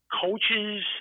coaches